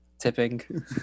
tipping